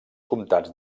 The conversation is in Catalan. comtats